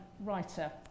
writer